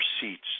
seats